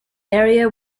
area